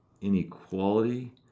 inequality